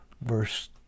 Verse